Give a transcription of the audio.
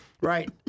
right